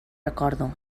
recordo